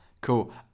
Cool